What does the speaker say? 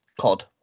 COD